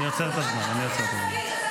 טלי,